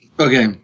Okay